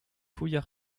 fouilles